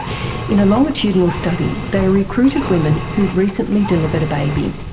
in a longitudinal study they recruited women who'd recently delivered a baby.